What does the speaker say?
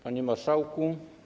Panie Marszałku!